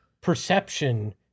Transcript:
perception